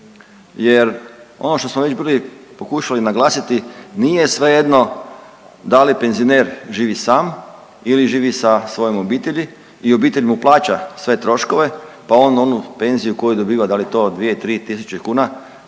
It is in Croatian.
jer ono što smo već bili pokušali naglasiti nije svejedno da li penzioner živi sam ili živi sa svojom obitelji i obitelj mu plaća sve troškove, pa on onda onu penziju dobiva, da li to 2, 3 tisuće kuna